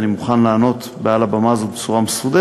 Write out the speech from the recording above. אני מוכן לענות מעל הבמה הזאת בצורה מסודרת,